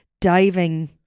diving